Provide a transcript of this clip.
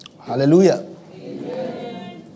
Hallelujah